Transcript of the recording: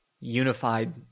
unified